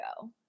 go